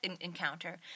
encounter